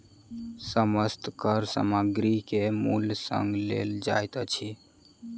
समस्त कर सामग्री के मूल्य संग लेल जाइत अछि